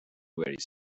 very